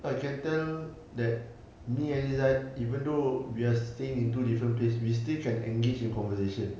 I can tell that me and izat even though we are staying in two different place we still can engage in conversation